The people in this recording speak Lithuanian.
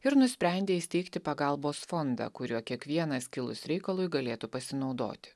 ir nusprendė įsteigti pagalbos fondą kuriuo kiekvienas kilus reikalui galėtų pasinaudoti